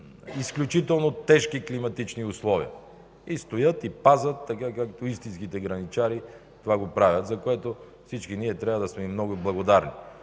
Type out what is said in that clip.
изключително тежки климатични условия и стоят, и пазят така, както истинските граничари правят това, за което всички ние трябва да сме им много благодарни.